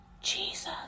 Jesus